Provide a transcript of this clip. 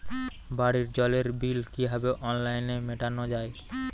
বাড়ির জলের বিল কিভাবে অনলাইনে মেটানো যায়?